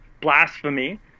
blasphemy